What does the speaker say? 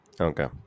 Okay